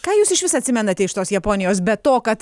ką jūs išvis atsimenate iš tos japonijos be to kad